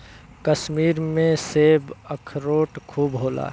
कश्मीर में सेब, अखरोट खूब होला